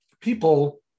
people